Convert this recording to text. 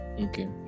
okay